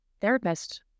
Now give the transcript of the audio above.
therapist